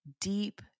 deep